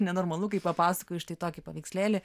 nenormalu kai papasakoji štai tokį paveikslėlį